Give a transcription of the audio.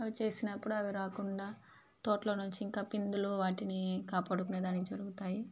అవి చేసినప్పుడు అవి రాకుండా తోటలో నుంచి ఇంక పిందులు వాటిని కాపాడుకునే దానికి జరుగుతాయి